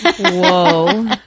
Whoa